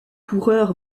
coureur